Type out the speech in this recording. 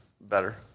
better